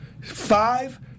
five